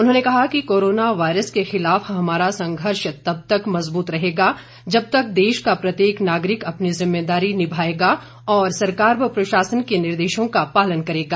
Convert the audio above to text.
उन्होंने कहा कि कोरोना वायरस के खिलाफ हमारा संघर्ष तब तक मजबूत रहेगा जब तक देश का प्रत्येक नागरिक अपनी जिम्मेदारी निभायेगा और सरकार और प्रशासन के निर्देशों का पालन करेगा